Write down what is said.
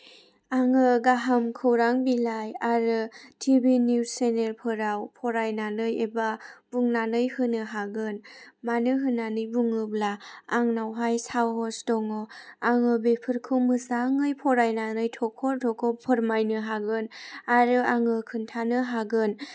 आङो गाहाम खौरां बिलाइ आरो टिभि निउस चेनेलफोराव फरायनानै एबा बुंनानै होनो हागोन मानो होननानै बुङोब्ला आंनावहाय साहस दङ आङो बेफोरखौ मोजाङै फरायनानै थख' थख' फोरमायनो हागोन आरो आङो खोन्थानो हागोन